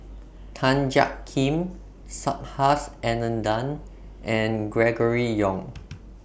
Tan Jiak Kim Subhas Anandan and Gregory Yong